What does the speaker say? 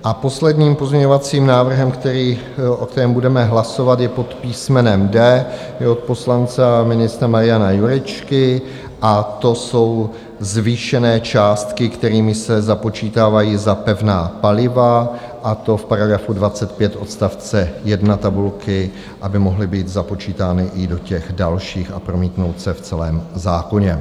A posledním pozměňovacím návrhem, o kterém budeme hlasovat, je pod písmenem D, je od poslance a ministra Mariana Jurečky a to jsou zvýšené částky, kterými se započítávají za pevná paliva, a to v § 25 odst. 1 tabulky, aby mohly být započítány i do dalších a promítnout se v celém zákoně.